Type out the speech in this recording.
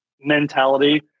mentality